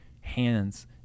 hands